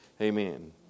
Amen